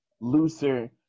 looser